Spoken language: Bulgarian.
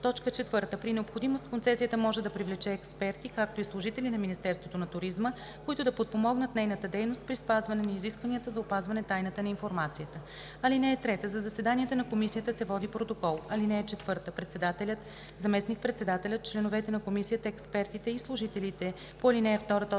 концесията; 4. при необходимост комисията може да привлече експерти, както и служители на Министерството на туризма, които да подпомагат нейната дейност, при спазване на изискванията за опазване тайната на информацията. (3) За заседанията на комисията се води протокол. (4) Председателят, заместник-председателят, членовете на комисията, експертите и служителите по ал. 2, т.